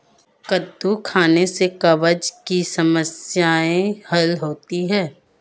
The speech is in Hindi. कद्दू खाने से कब्ज़ की समस्याए हल होती है